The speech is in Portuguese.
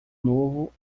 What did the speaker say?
novo